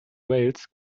wales